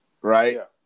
right